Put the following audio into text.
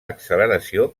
acceleració